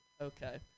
okay